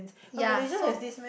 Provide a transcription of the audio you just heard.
ya so